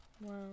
Wow